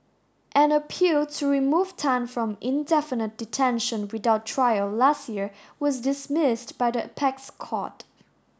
an appeal to remove Tan from indefinite detention without trial last year was dismissed by the apex court